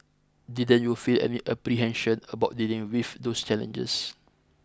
didn't you feel any apprehension about dealing with those challenges